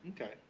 Okay